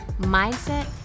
mindset